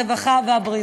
הרווחה והבריאות.